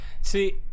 See